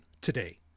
today